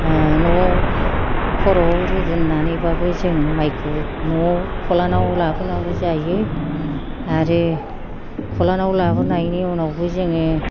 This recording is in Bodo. न'आव खर'आव रुजुननानै बाबो जों मायखौ न'आव खलानाव लाबोनांगौ जायो आरो खलानाव लाबोनायनि उनावबो जोङो